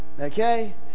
Okay